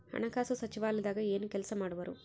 ಹಣಕಾಸು ಸಚಿವಾಲಯದಾಗ ಏನು ಕೆಲಸ ಮಾಡುವರು?